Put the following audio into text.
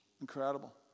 Incredible